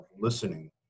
listening